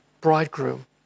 bridegroom